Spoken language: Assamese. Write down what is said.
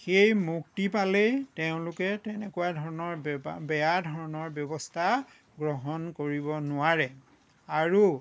সেই মুক্তি পালেই তেওঁলোকে তেনেকুৱা ধৰণৰ বেবা বেয়া ধৰণৰ ব্যৱস্থা গ্ৰহণ কৰিব নোৱাৰে আৰু